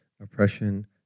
oppression